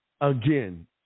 Again